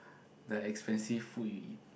the expensive food you eat